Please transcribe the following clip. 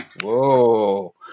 Whoa